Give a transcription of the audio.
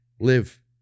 live